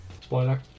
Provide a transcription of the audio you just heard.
Spoiler